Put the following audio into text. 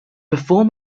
before